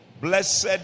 blessed